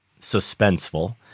suspenseful